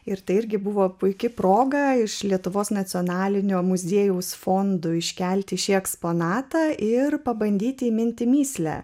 ir tai irgi buvo puiki proga iš lietuvos nacionalinio muziejaus fondų iškelti šį eksponatą ir pabandyti įminti mįslę